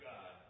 God